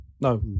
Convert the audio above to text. no